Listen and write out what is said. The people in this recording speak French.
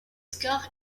scores